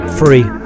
free